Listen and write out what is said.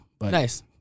Nice